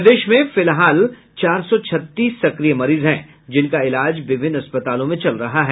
प्रदेश में फिलहाल चार सौ छत्तीस सक्रिय मरीज हैं जिनका इजाल विभिन्न अस्पतालों में चल रहा है